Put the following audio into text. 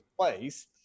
place